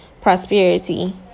prosperity